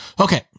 Okay